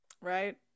Right